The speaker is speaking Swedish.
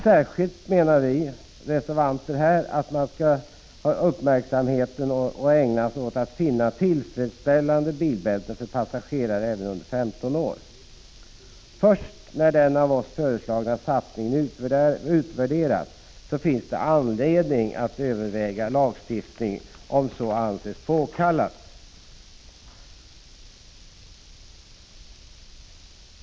Särskilt menar vi reservanter att man skall ägna uppmärksamhet åt att finna tillfredsställande bilbälte för passagerare även under 15 år. Först när den av oss föreslagna satsningen utvärderats finns det anledning att överväga lagstiftning, om så anses påkallat.